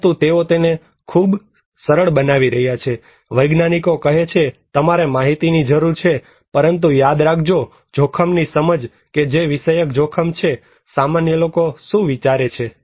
પરંતુ તેઓ તેને ખૂબ જ સરળ બનાવી રહ્યા છે વૈજ્ઞાનિકો કહે છે કે તમારે માહિતીની જરૂર છે પરંતુ યાદ રાખો જોખમની સમજ કે જે વિષયક જોખમ છે સામાન્ય લોકો શું વિચારે છે